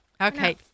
Okay